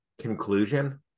conclusion